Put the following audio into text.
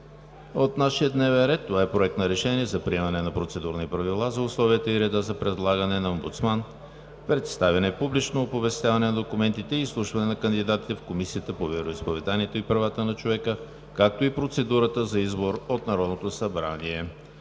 относно Проект на решение за приемане на Процедурни правила за условията и реда за предлагане на омбудсман, представяне, публично оповестяване на документите и изслушване на кандидатите в Комисията по вероизповеданията и правата на човека, както и процедурата за избор от Народното събрание